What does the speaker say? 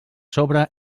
sobre